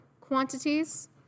quantities